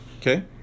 Okay